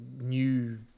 new